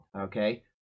okay